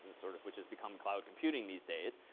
ah sort of which has become cloud computing these days.